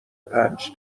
پنج